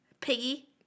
Piggy